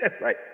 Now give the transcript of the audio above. right